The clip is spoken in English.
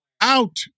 Out